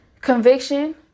Conviction